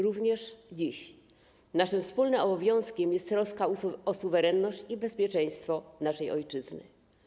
Również dziś naszym wspólnym obowiązkiem jest troska o suwerenność i bezpieczeństwo naszej ojczyzny.